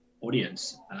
audience